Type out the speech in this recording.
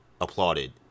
applauded